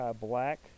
Black